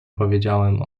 powiedziałam